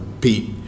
Pete